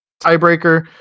tiebreaker